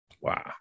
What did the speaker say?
Wow